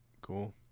Cool